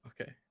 okay